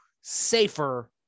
safer